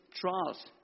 trials